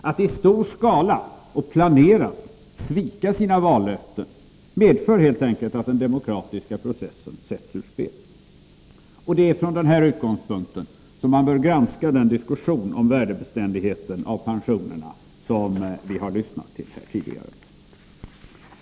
Attistor skala och planerat svika sina vallöften medför helt enkelt att den demokratiska processen sätts ur spel. Det är från denna utgångspunkt man bör granska den diskussion om värdebeständigheten av pensionerna som vi här har lyssnat till.